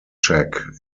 check